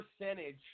percentage